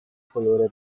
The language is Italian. colore